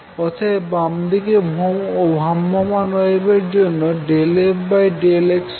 অতএব বামদিকে ভ্রাম্যমাণ ওয়েভের জন্য ∂f∂x 1v∂f∂t